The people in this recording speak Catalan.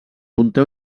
conté